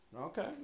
Okay